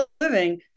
living